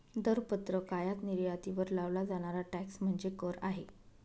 दरपत्रक आयात निर्यातीवर लावला जाणारा टॅक्स म्हणजे कर आहे